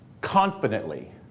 confidently